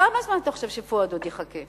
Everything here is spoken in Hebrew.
כמה זמן אתה חושב שפואד עוד יחכה?